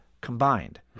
combined